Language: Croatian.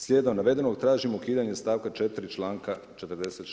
Slijedom navedenog tražim ukidanje stavka 4. članka 46.